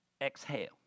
exhale